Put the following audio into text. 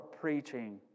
preaching